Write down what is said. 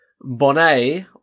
Bonnet